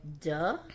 duh